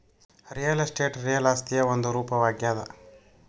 real estate real ಆಸ್ತಿಯ ಒಂದು ರೂಪವಾಗ್ಯಾದ